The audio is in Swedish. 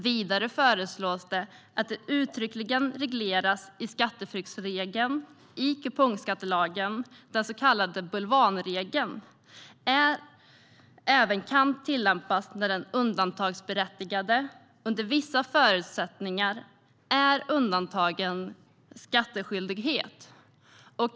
Vidare föreslås att det uttryckligen regleras att skatteflyktsregeln i kupongskattelagen, den så kallade bulvanregeln, även kan tillämpas när den utdelningsberättigade under vissa förutsättningar är undantagen från skattskyldighet.